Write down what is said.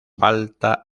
falta